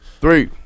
Three